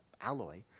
alloy